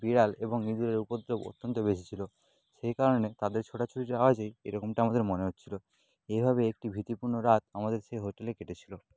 বিড়াল এবং ইঁদুরের উপদ্রব অত্যন্ত বেশি ছিলো সেই কারণে তাদের ছোটাছুটির আওয়াজেই এরকমটা আমাদের মনে হচ্ছিলো এইভাবে একটি ভীতিপূর্ণ রাত আমাদের সেই হোটেলে কেটেছিলো